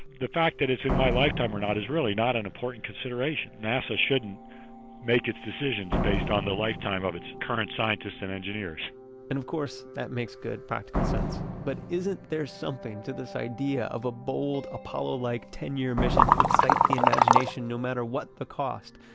the fact that it's in my lifetime or not is really not an important consideration. nasa shouldn't make its decisions based on the lifetimes of its current scientists and engineers and, of course, that makes practical sense. but isn't there something to this idea of a bold, apollo-like, ten-year mission to excite the imagination, no matter what the cost?